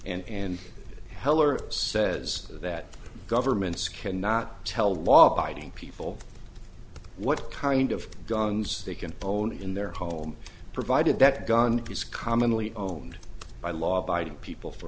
and heller says that governments cannot tell law abiding people what kind of guns they can own in their home provided that gun is commonly owned by law abiding people for